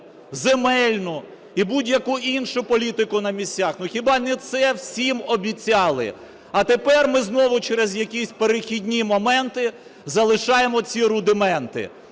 земельну і будь-яку іншу політику на місцях. Ну хіба не це всім обіцяли? А тепер ми знову через якісь перехідні моменти залишаємо ці рудименти.